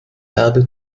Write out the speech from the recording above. erde